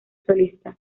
solista